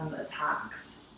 Attacks